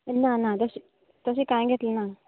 ना ना तशें तशें कांय घेतलें ना